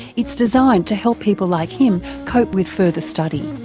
it's designed to help people like him cope with further study.